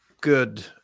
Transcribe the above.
good